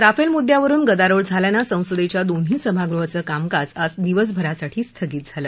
Rafale मुद्यावरुन गदारोळ झाल्यानं संसदेच्या दोन्ही सभागृहाचं कामकाज आज दिवसभरासाठी स्थगित झालं